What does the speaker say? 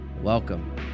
Welcome